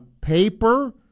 paper